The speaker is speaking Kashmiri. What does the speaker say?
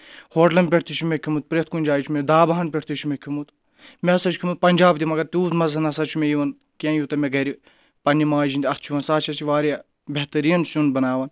ہوٹلَن پؠٹھ تہِ چھُ مےٚ کھیوٚمُت پرؠتھ کُنہِ جایہِ چھُ مےٚ ڈابہَن پؠٹھ تہِ چھُ مےٚ کھیومُت مےٚ ہَسا چھُ کھیوٚمُت پَنجاب تہِ مگر تیوٗت مزٕ ہَسا چھُنہٕ مےٚ یِوان کینٛہہ یوٗتاہ مےٚ گَرِ پَننہِ ماجہِ ہِنٛدِ اَتھ چھُ یِوان سُہ ہَسا چھِ اَسہِ واریاہ بہتریٖن سیُن بَناوَان